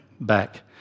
back